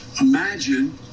Imagine